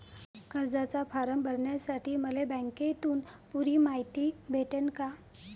कर्जाचा फारम भरासाठी मले बँकेतून पुरी मायती भेटन का?